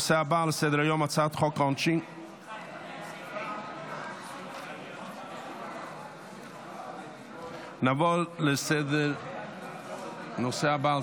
חברי הכנסת, נעבור לנושא הבא על